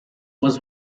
was